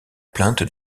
plainte